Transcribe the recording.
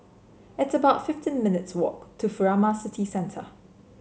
it's about fifteen minutes' walk to Furama City Centre